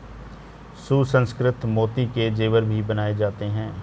सुसंस्कृत मोती के जेवर भी बनाए जाते हैं